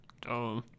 Duh